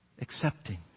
accepting